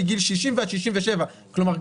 מגיל 60 ועד 67. כלומר,